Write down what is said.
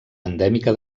endèmica